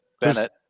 Bennett